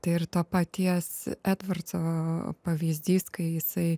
tai ir to paties edvarco pavyzdys kai jisai